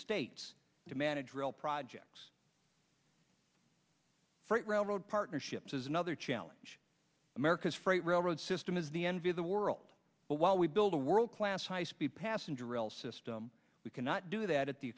states to manage rail projects freight railroad partnerships is another challenge america's freight railroad system is the envy of the world but while we build a world class high speed passenger rail system we cannot do that at the